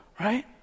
right